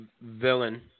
villain